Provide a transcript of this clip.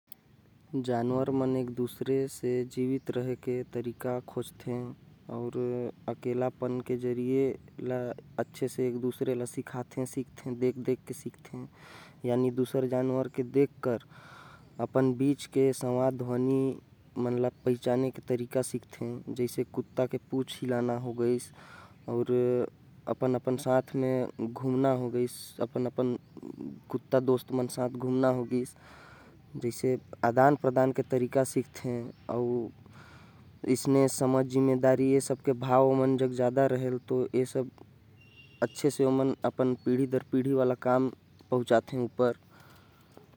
जानवर मन एक दूसर से बहुत कुछ सिखथे। जैसे कि जिंदा रहे के तकनीक अउ। एक दूसर ला पहचाने के तकनीक सिखथे। जैसे कि कुत्ता हर अपन लइका मन ला जिये के तरीका सीखाथे अउ साथ म खाये पिये के भी।